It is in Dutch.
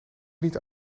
niet